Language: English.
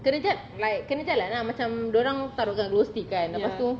kena ja~ like kena jalan lah macam dia orang tarukkan glow stick kan lepas tu